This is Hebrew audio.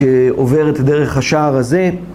עוברת דרך השער הזה.